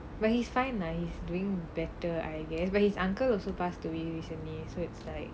but he's fine lah he's doing better I guess but his uncle also passed away recently so it's like